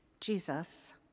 Jesus